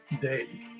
day